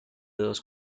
dos